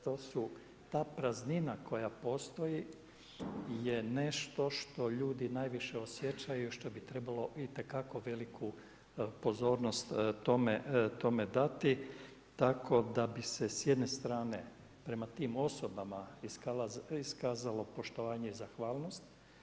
To su, ta praznina koja postoji je nešto što ljudi najviše osjećaju i što bi trebalo itekako veliku pozornost tome dati tako da bi se s jedne strane prema tim osobama iskazalo poštovanje i zahvalnost.